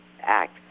Act